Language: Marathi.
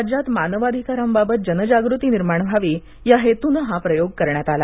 राज्यात मानवाधिकारांबाबत जनजागृती निर्माण व्हावी या हेतूनं हा प्रयोग करण्यात आला